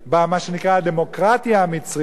במה שנקרא הדמוקרטיה המצרית,